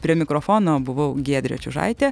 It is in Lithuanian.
prie mikrofono buvau giedrė čiužaitė